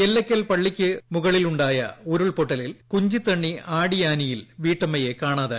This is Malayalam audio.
എല്ലയ്ക്കൽ പളളിക്ക് മുകളിലുണ്ടായ ഉരുൾപൊട്ടലിൽ കുഞ്ചിതണ്ണി ആടിയാനിയിൽ വീട്ടമ്മയെ കാണാതായി